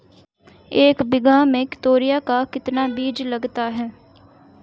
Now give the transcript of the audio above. एक बीघा में तोरियां का कितना बीज लगता है?